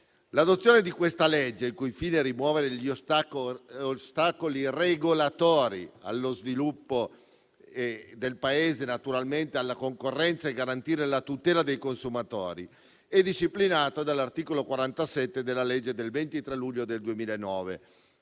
L'adozione di questa legge, il cui fine è rimuovere gli ostacoli regolatori allo sviluppo del Paese, alla concorrenza e per garantire la tutela dei consumatori, è disciplinata dall'articolo 47 della legge del 23 luglio del 2009,